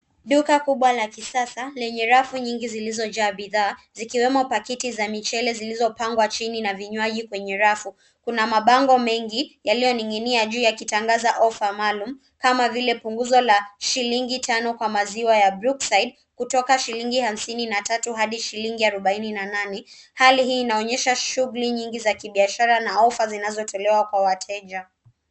Duka kubwa la kisasa lenye rafu nyingi zilizojaa bidhaa zikiwemo pakiti za michele zilizopangwa chini na vinywaji kwenye rafu. Kuna mabango mengi yaliyoninginia juu yakitangaza offer maalum kama vile punguzo la shillingi tano kwa maziwa ya brookside kutoka shillingi hamsini na tatu hadi shillingi arubaini na nane. Hali hii inaonyesha shughuli nyingi za kibiashara na offer zinazotolewa kwa wateja.